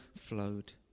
flowed